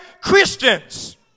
Christians